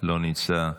לא נמצא,